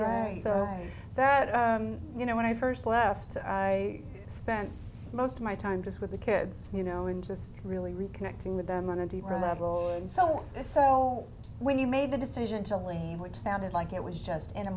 right so that you know when i first left i spent most of my time just with the kids you know and just really reconnecting with them on a deeper level and so so when you made the decision to leave which sounded like it was just in a